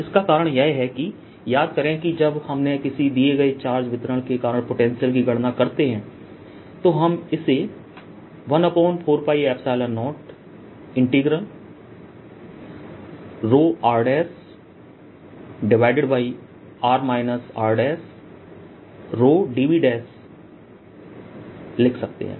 इसका कारण यह है कि याद करें कि जब हमने किसी दिए गए चार्ज वितरण के कारण पोटेंशियल की गणना करते हैं तो हम इसे 14π0rr rdV लिख सकते हैं